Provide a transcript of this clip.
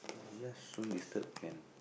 yes don't disturb can